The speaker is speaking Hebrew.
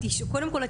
קודם כל,